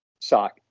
sock